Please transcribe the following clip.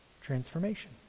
transformation